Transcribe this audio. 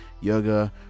yoga